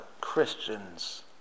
Christians